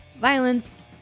violence